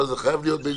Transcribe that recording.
אבל זה חייב להיות.